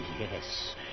Yes